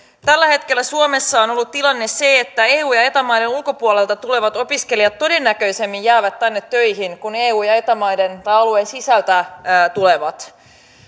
tällä hetkellä suomessa on ollut tilanne se että eu ja eta maiden ulkopuolelta tulevat opiskelijat todennäköisemmin jäävät tänne töihin kuin eu ja eta alueen sisältä tulevat